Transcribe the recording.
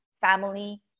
family